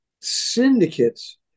syndicates